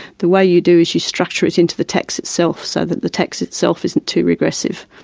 the way you do is you structure it into the tax itself, so that the tax itself isn't too regressive.